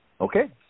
Okay